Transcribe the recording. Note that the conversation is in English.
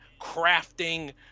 crafting